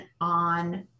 on